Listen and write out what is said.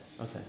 okay